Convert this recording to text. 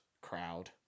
crowd